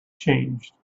changed